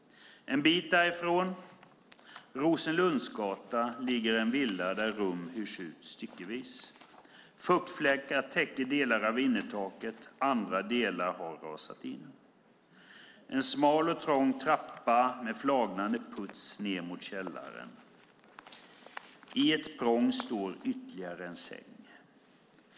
Vidare: "På Rosenlundsgatan ligger en villa där rum hyrs ut styckevis. Fuktfläckar täcker delar av innertaket. Andra delar har rasat in. En smal och trång trappa med flagnande puts leder ner till källaren. Där, längst in i ett mörkt prång, står ytterligare en säng.